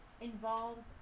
involves